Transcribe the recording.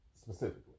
Specifically